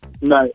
No